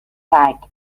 track